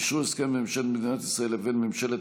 אשרור הסכם בין ממשלת מדינת ישראל לבין ממשלת